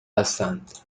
هستند